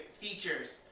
features